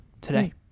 today